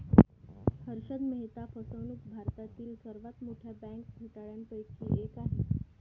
हर्षद मेहता फसवणूक भारतातील सर्वात मोठ्या बँक घोटाळ्यांपैकी एक आहे